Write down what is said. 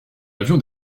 avion